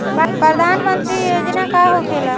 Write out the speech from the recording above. प्रधानमंत्री योजना का होखेला?